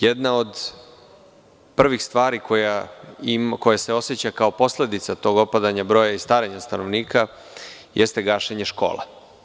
Jedna od prvih stvari koja se oseća kao posledica tog opadanja broja i starenja stanovništva jeste gašenje škola.